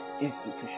institution